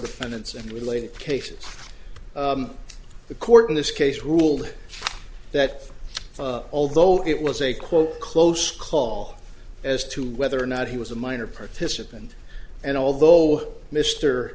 defendants and related cases the court in this case ruled that although it was a quote close call as to whether or not he was a minor participant and although